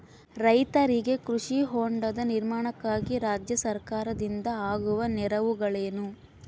ರೈತರಿಗೆ ಕೃಷಿ ಹೊಂಡದ ನಿರ್ಮಾಣಕ್ಕಾಗಿ ರಾಜ್ಯ ಸರ್ಕಾರದಿಂದ ಆಗುವ ನೆರವುಗಳೇನು?